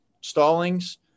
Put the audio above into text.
Stallings